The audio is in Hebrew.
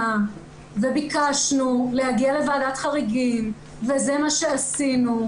וביקשנו להגיע לוועדת חריגים וזה מה שעשינו,